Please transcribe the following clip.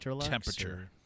temperature